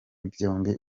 byombi